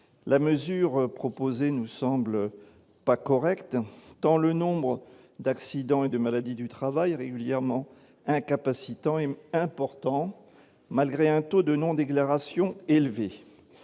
la mesure proposée nous semble pas correctes, tant le nombre d'accidents et de maladies du travail régulièrement incapacitants est important malgré un taux de non-déclaration élevé,